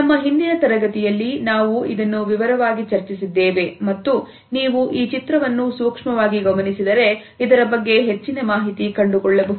ನಮ್ಮ ಹಿಂದಿನ ತರಗತಿಯಲ್ಲಿ ನಾವು ಇದನ್ನು ವಿವರವಾಗಿ ಚರ್ಚಿಸಿದ್ದೇವೆ ಮತ್ತು ನೀವು ಈ ಚಿತ್ರವನ್ನು ಸೂಕ್ಷ್ಮವಾಗಿ ಗಮನಿಸಿದರೆ ಇದರ ಬಗ್ಗೆ ಹೆಚ್ಚಿನ ಮಾಹಿತಿ ಕಂಡುಕೊಳ್ಳಬಹುದು